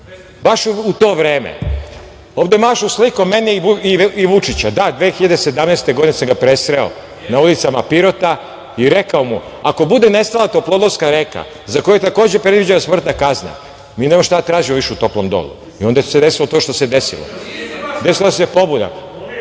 baš u to vreme. Ovde mašu slikom mene i Vučića. Da, 2017. godine sam ga presreo na ulicama Pirota i rekao mu – ako bude nestala Toplodolska reka, za koju je takođe predviđena smrtna kazna, mi nemamo šta da tražimo više u Toplom Dolu. Onda se desilo to što se desilo. Desila se pobuna.